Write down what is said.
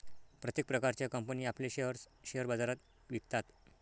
प्रत्येक प्रकारच्या कंपनी आपले शेअर्स शेअर बाजारात विकतात